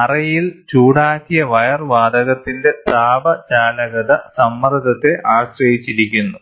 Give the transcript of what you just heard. അറയിൽ ചൂടാക്കിയ വയർ വാതകത്തിന്റെ താപ ചാലകത സമ്മർദ്ദത്തെ ആശ്രയിച്ചിരിക്കുന്നു